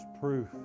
proof